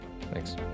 Thanks